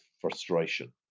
frustration